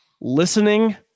listening